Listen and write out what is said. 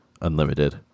unlimited